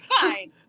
fine